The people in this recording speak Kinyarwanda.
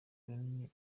runini